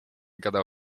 gadał